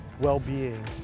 well-being